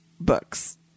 books